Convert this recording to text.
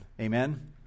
Amen